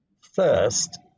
First